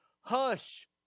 hush